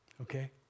Okay